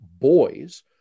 boys